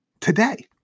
today